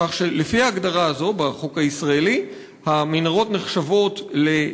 כך שלפי ההגדרה הזאת בחוק הישראלי המנהרות נחשבות מקום קדוש.